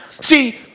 See